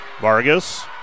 Vargas